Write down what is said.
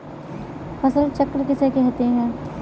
फसल चक्र किसे कहते हैं?